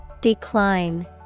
Decline